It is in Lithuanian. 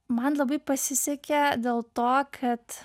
man labai pasisekė dėl to kad